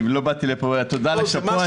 תודה על השאפו.